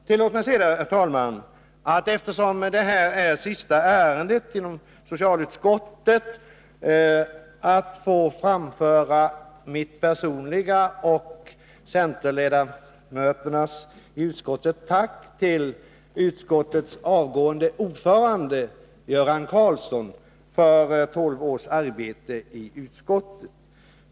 Tillåt mig sedan, herr talman, eftersom detta är det sista ärendet från socialutskottet under vårsessionen att få framföra centerledamöternas i utskottet och mitt personliga tack till utskottets avgående ordförande, Göran Karlsson, för tolv års arbete i utskottet.